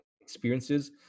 experiences